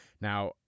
Now